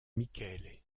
michele